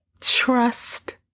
trust